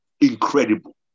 incredible